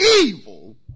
evil